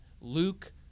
Luke